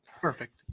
Perfect